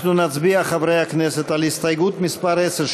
אנחנו נצביע, חברי הכנסת, על הסתייגות מס' 10,